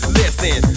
listen